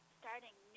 starting